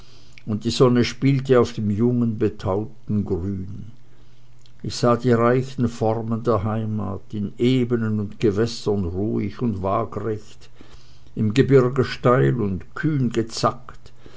und die sonne spielte auf dem jungen betauten grün ich sah die reichen formen der heimat in ebenen und gewässern ruhig und waagrecht im gebirge steil und kühn gezackt